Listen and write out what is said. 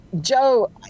Joe